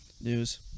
news